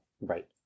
Right